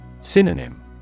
Synonym